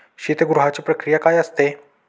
शीतगृहाची प्रक्रिया काय असते?